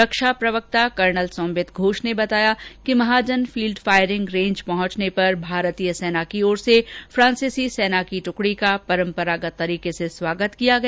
रक्षा प्रवक्ता कर्नल सोंबित घोष ने बताया कि महाजन फील्ड फायरिंग रेंज पहुंचने पर भारतीय सेना की ओर से फ़ांसिसी सेना की ट्कड़ी का परम्परागत तरीके से स्वागत किया गया